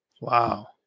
Wow